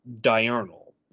diurnal